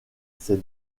ces